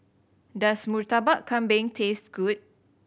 does Murtabak Kambing taste good